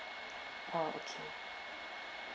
oh okay